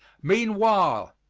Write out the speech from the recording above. meanwhile,